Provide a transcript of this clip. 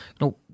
No